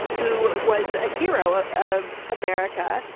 who was a hero of america.